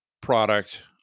product